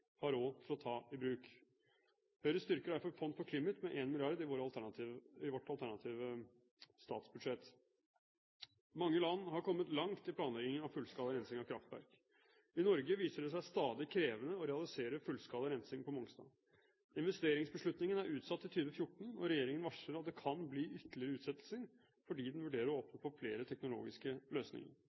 har råd til å ta i bruk. Høyre styrker derfor fond for CLIMIT med 1 mrd. kr i vårt alternative statsbudsjett. Mange land har kommet langt i planleggingen av fullskala rensing av kraftverk. I Norge viser det seg stadig krevende å realisere fullskala rensing på Mongstad. Investeringsbeslutningen er utsatt til 2014, og regjeringen varsler at det kan bli ytterligere utsettelser fordi den vurderer å åpne for flere teknologiske løsninger.